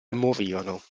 morirono